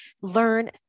learn